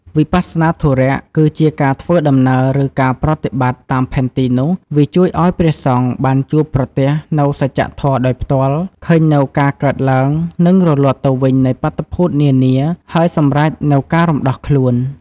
វិបស្សនាធុរៈ គឺជាការធ្វើដំណើរ ឬ ការប្រតិបត្តិ តាមផែនទីនោះ វាជួយឱ្យព្រះសង្ឃបានជួបប្រទះនូវសច្ចធម៌ដោយផ្ទាល់ ឃើញនូវការកើតឡើង និងរលត់ទៅវិញនៃបាតុភូតនានា ហើយសម្រេចនូវការរំដោះខ្លួន។